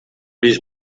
vist